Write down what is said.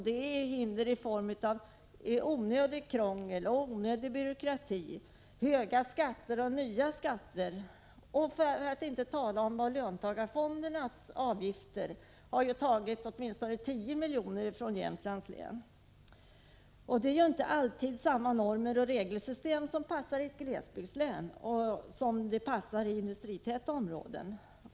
Det är hinder i form av onödigt krångel och onödig byråkrati, höga skatter och nya skatter. För att inte tala om löntagarfondernas avgifter, som ju har tagit åtminstone 10 milj.kr. från Jämtlands län. Normer och regelsystem som passar i ett glesbygdslän passar inte alltid i industritäta områden.